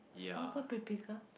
orh what pretty girl